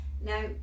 now